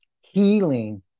healing